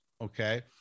Okay